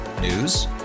News